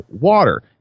water